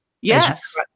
Yes